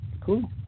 Cool